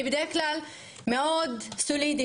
בדרך כלל אני מאוד סולידית.